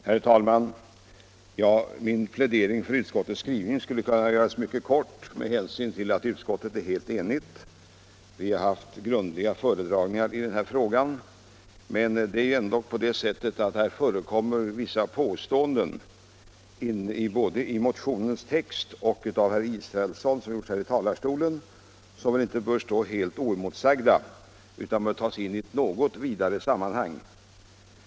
Herr talman! Min plädering för utskottets skrivning skulle kunna göras mycket kort med hänsyn till att utskottet är helt enigt och på grund av att vi har haft grundliga föredragningar i denna fråga. Men det har gjorts vissa påståenden både i motionens text och av herr Israelsson från talarstolen, som inte bör förbli helt oemotsagda utan bör ses i ett något vidare sammanhang.